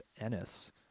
Ennis